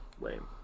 lame